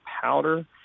powder